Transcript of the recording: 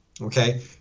okay